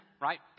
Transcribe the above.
right